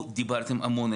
דיברתם פה המון,